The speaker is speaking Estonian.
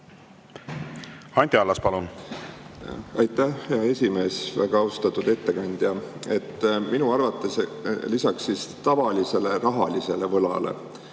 Anti Allas, palun! Aitäh, hea esimees! Väga austatud ettekandja! Minu arvates on lisaks tavalisele, rahalisele võlale